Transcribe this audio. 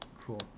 Cool